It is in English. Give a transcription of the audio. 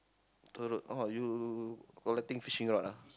the rod oh you collecting fishing rod ah